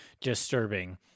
disturbing